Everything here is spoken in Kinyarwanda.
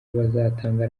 bazatanga